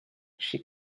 she